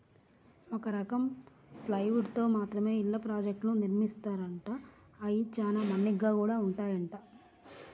ఒక రకం ప్లైవుడ్ తో మాత్రమే ఇళ్ళ ప్రాజెక్టులను నిర్మిత్తారంట, అయ్యి చానా మన్నిగ్గా గూడా ఉంటాయంట